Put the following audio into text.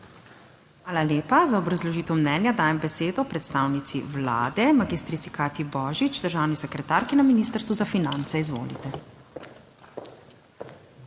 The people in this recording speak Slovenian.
Hvala lepa. Za obrazložitev mnenja dajem besedo predstavnici Vlade, magistrici Katji Božič, državni sekretarki na Ministrstvu za finance. Izvolite.